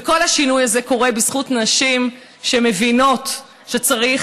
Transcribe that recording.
וכל השינוי הזה קורה בזכות נשים שמבינות שצריך,